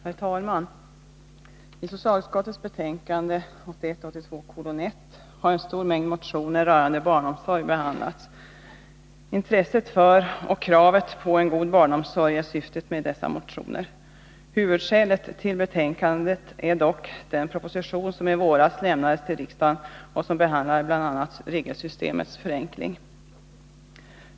Herr talman! I socialutskottets betänkande 1981/82:1 har en stor mängd motioner rörande barnomsorgen behandlats. Intresset för och kravet på en god barnomsorg är syftet med dessa motioner. Huvudskälet till betänkandet är dock den proposition som i våras lämnades till riksdagen och som behandlar bl.a. regelsystemets förenkling.